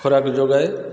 ଖୋରାକ୍ ଯୋଗାଏ